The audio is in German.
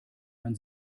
man